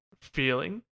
feeling